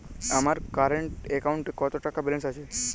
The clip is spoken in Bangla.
আমার কারেন্ট অ্যাকাউন্টে কত টাকা ব্যালেন্স আছে?